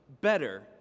better